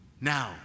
Now